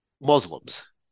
Muslims